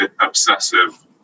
obsessive